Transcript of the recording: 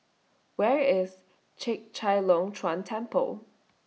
Where IS Chek Chai Long Chuen Temple